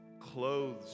clothes